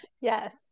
Yes